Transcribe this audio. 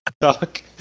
Talk